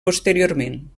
posteriorment